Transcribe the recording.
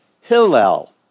Hillel